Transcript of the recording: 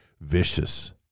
vicious